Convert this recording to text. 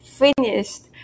finished